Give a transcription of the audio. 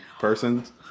persons